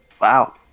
Wow